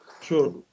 Sure